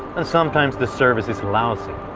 and sometimes the service is lousy.